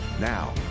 Now